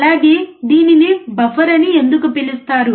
అలాగే దీనిని బఫర్ అని ఎందుకు పిలుస్తారు